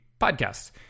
podcasts